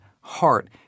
heart